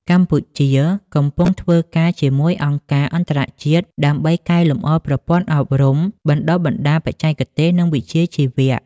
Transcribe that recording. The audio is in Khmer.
កម្ពុជាកំពុងធ្វើការជាមួយអង្គការអន្តរជាតិដើម្បីកែលម្អប្រព័ន្ធអប់រំបណ្ដុះបណ្ដាលបច្ចេកទេស និងវិជ្ជាជីវៈ។